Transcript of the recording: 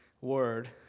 word